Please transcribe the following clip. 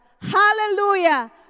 Hallelujah